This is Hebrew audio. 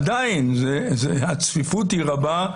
עדיין הצפיפות היא רבה.